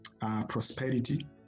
prosperity